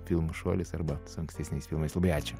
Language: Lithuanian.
filmu šuolis arba ankstesniais filmais labai ačiū